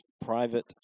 private